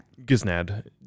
Giznad